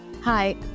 Hi